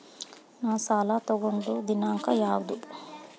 ನಾ ಸಾಲ ತಗೊಂಡು ದಿನಾಂಕ ಯಾವುದು?